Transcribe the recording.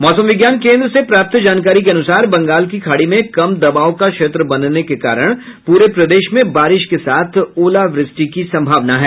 मौसम विज्ञान केंद्र से प्राप्त जानकारी के अनुसार बंगाल की खाड़ी में कम दबाव का क्षेत्र बनने के कारण पूरे प्रदेश में बारिश के साथ ओलावृष्टि की संभावना है